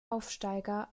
aufsteiger